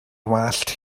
wallt